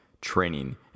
training